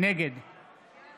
נגד